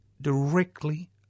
directly